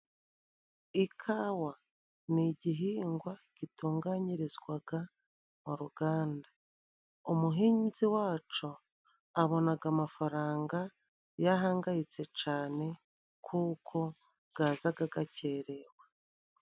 Ikawa ni igihingwa gitunganyirizwaga mu ruganda umuhinzi wacu abonaga amafaranga yahangayitse cane kuko bwazaga gakerewe.